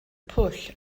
pwll